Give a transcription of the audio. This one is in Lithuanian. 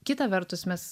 kita vertus mes